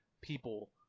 people